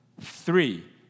Three